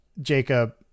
jacob